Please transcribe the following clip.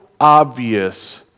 obvious